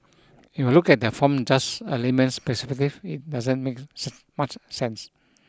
if I look at that from just a layman's perspective it doesn't make much sense